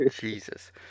Jesus